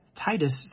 Titus